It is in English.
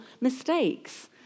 mistakes